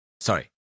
Sorry